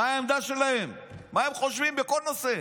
מה העמדה שלהם, מה הם חושבים בכל נושא,